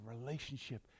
relationship